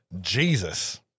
Jesus